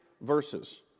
verses